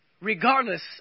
regardless